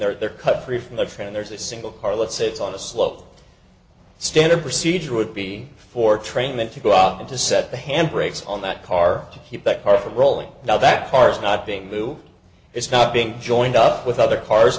from the train there's a single car let's say it's on a slope a standard procedure would be for train men to go out and to set the hand brakes on that car to keep that car from rolling now that car's not being it's not being joined up with other cars